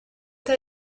tra